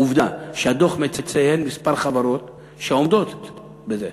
ועובדה שהדוח מציין כמה חברות שעומדות בזה.